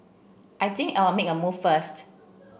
I think I'll make a move first